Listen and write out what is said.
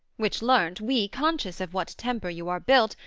which learnt, we, conscious of what temper you are built,